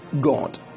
god